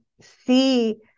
see